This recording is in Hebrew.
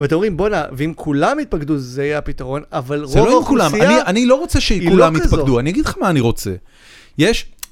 ואתם אומרים, בוא׳נה, ואם כולם יתפקדו זה יהיה הפתרון, אבל לא רק כולם.. זו רוב אוכלוסייה היא לא כזו. זה לא אם כולם, אני לא רוצה שכולם יתפקדו, אני אגיד לך מה אני רוצה. יש...